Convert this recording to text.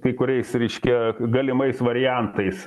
kai kuriais reiškia galimais variantais